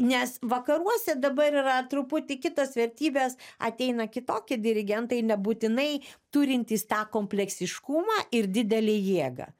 nes vakaruose dabar yra truputį kitos vertybės ateina kitokie dirigentai nebūtinai turintys tą kompleksiškumą ir didelę jėgą